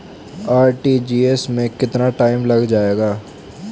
RTGS में कितना time लग जाएगा?